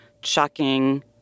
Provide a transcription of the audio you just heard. shocking